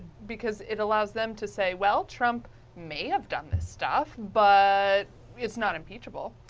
because it allows them to say, well, trump may have done this stuff but it's not impeachable.